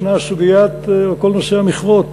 יש כל סוגיית המכרות,